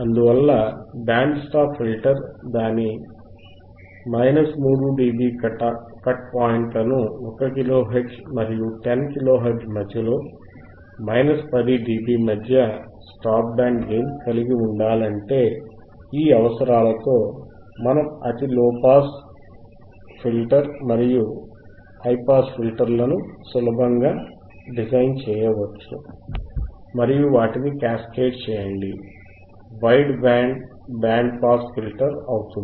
అందువల్ల band stop filter దాని 3 dB cut పాయింట్లను 1 కిలోహెర్ట్జ్ మరియు 10 కిలోహెర్ట్జ్ మధ్యలో 10 డిబి మధ్య స్టాప్ బ్యాండ్ గెయిన్ కలిగి ఉండాలంటే ఈ అవసరాలతో మనం అతి లోపాస్ ఫిల్టర్ మరియు హైపాస్ ఫిల్టర్ లను సులభంగా డిజైన్ చేయవచ్చు మరియు వాటిని క్యాస్కేడ్ చేయండి wide band band pass filter అవుతుంది